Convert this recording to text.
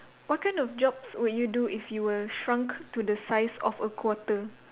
what kind of jobs would you do if you were shrunk to the size of a quarter